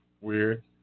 weird